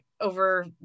over